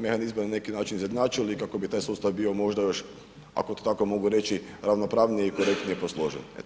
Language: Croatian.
mehanizmi na neki način izjednačili i kako bi taj sustav bio možda još, ako to tako mogu reći ravnopravniji i direktnije posložen?